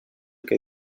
que